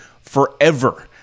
forever